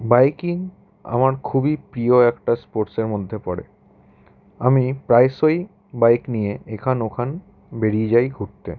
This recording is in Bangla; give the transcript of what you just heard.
বাইকিং আমার খুবই প্রিয় একটা স্পোর্টসের মধ্যে পড়ে আমি প্রায়শই বাইক নিয়ে এখান ওখান বেড়িয়ে যাই ঘুরতে